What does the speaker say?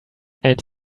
and